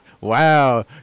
Wow